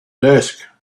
desk